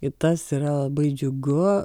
ir tas yra labai džiugu